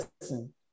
listen